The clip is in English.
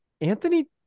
anthony